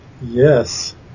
Yes